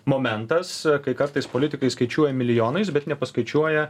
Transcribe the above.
momentas kai kartais politikai skaičiuoja milijonais bet nepaskaičiuoja